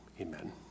Amen